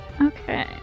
Okay